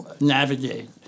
navigate